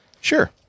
Sure